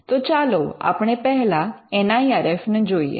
તો ચાલો આપણે પહેલા એન આઇ આર એફ ને જોઈએ